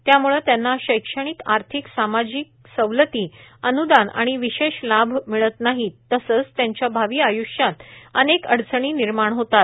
त्यामुळे त्यांना शैक्षणिक आर्थिक सामाजिक सवलती अन्दान व विशेष लाभ मिळत नाहीत तसेच त्यांच्या भावी आय्ष्यात अनेक अडचणी निर्माण होतात